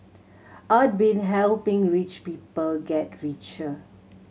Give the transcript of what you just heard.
I'd been helping rich people get richer